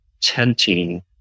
tenting